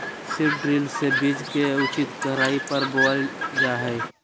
seed drill से बीज के उचित गहराई पर बोअल जा हइ